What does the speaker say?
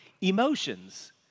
emotions